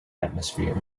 atmosphere